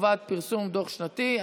חובת פרסום דוח שנתי),